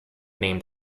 named